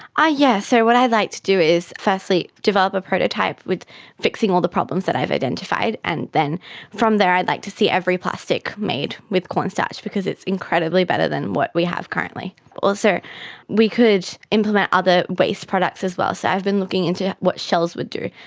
ah yes, so what i'd like to do is firstly develop a prototype with fixing all the problems that i've identified and then from there i'd like to see every plastic made with corn starch because it's incredibly better than what we have currently. also we could implement other waste products as well. so i've been looking into what shells would do.